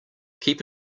keep